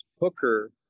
Hooker